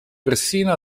persino